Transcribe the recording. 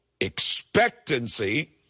expectancy